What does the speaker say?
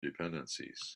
dependencies